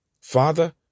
Father